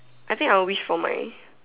I think I will wish for my